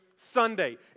Sunday